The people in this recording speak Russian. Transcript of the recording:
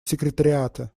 секретариата